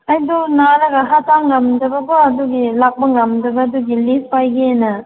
ꯑꯩꯗꯣ ꯅꯥꯔꯒ ꯍꯛꯆꯥꯡ ꯉꯝꯗꯕꯀꯣ ꯑꯗꯨꯒꯤ ꯂꯥꯛꯄ ꯉꯝꯗꯕ ꯑꯗꯨꯒꯤ ꯂꯤꯐ ꯄꯥꯏꯒꯦꯅ